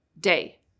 day